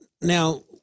Now